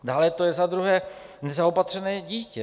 Dále to je, za druhé, nezaopatřené dítě.